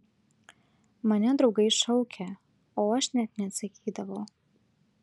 mane draugai šaukė o aš net neatsakydavau